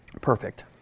Perfect